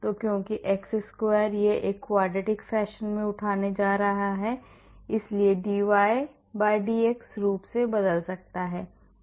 तो क्योंकि x square यह एक quadratic fashionमें उठाने जा रहा है इसलिए dydx रूप से बदल सकता है